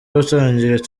gutangira